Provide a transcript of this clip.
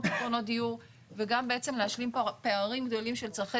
מי שאין לו פתרונות דיור וגם בעצם להשלים פערים גדולים של צרכי